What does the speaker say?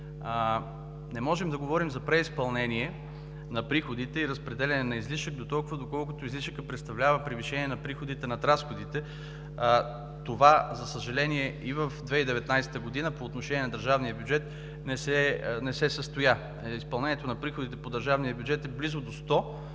не можем да говорим за преизпълнение на приходите и разпределение на излишък дотолкова, доколкото излишъкът представлява превишение на приходите над разходите. Това, за съжаление, и през 2019 г. по отношение на държавния бюджет не се състоя. Изпълнението на приходите по държавния бюджет е близо до 100%,